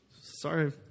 Sorry